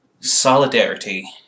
Solidarity